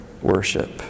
worship